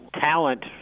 talent